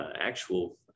actual